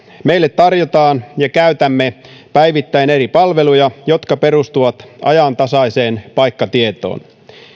meille tarjotaan ja käytämme päivittäin eri palveluja jotka perustuvat ajantasaiseen paikkatietoon